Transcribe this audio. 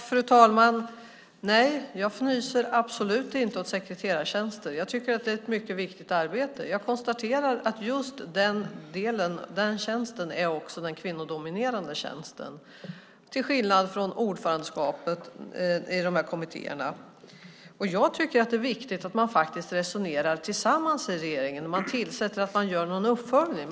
Fru talman! Nej, jag fnyser absolut inte åt sekreterartjänster. Jag tycker att det är ett mycket viktigt arbete. Jag konstaterar att just den tjänsten också är den kvinnodominerade tjänsten till skillnad från ordförandeskapet i de här kommittéerna. Jag tycker att det är viktigt att regeringen resonerar tillsammans när man tillsätter de här kommittéerna och att man gör en uppföljning.